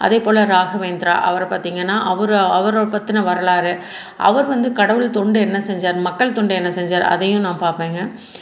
அதேப்போல ராகவேந்திரா அவரை பார்த்திங்கனா அவர் அவரை பற்றின வரலாறு அவர் வந்து கடவுள் தொண்டு என்ன செஞ்சார் மக்கள் தொண்டு என்ன செஞ்சார் அதையும் நான் பார்ப்பேங்க